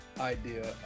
idea